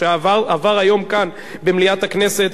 שעבר היום כאן במליאת הכנסת,